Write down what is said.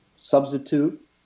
substitute